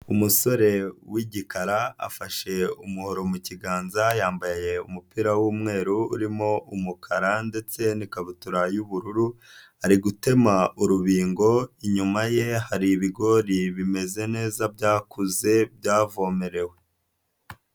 Umusore w'igikara afashe umuhoro mukiganza yambaye umupira w'umweru urimo umukara ndetse n'ikabutura y'ubururu, ari gutema urubingo inyuma ye hari ibigori bimeze neza byakuze byavomerewe.